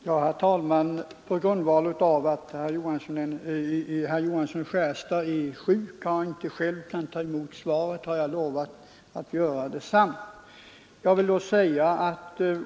Herr talman! På grund av att herr Johansson i Skärstad är sjuk och inte själv kan ta emot svaret har jag lovat att göra det.